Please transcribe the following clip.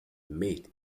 made